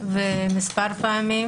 כמה פעמים,